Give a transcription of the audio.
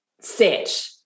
set